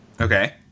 Okay